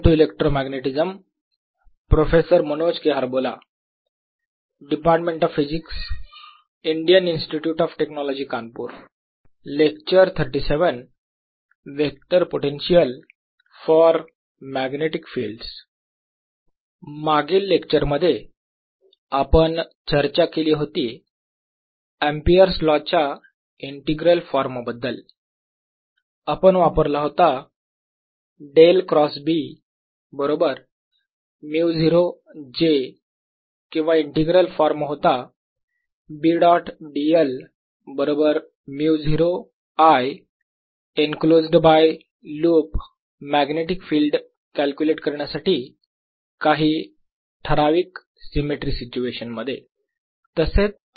vector potential for magnetic fields मागील lecture मध्ये आपण चर्चा केली होती अँपिअर्स लॉ Ampere's law च्या इंटीग्रल फॉर्म बद्दल आपण वापरला होता डेल क्रॉस B बरोबर μ0 j किंवा इंटिग्रल फॉर्म होता B डॉट dl बरोबर μ0 I enclosed by loop magnetic field calculate करण्यासाठी काही ठराविक सिमेट्री सिच्युएशन मध्ये